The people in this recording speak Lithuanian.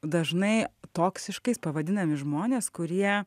dažnai toksiškais pavadinami žmonės kurie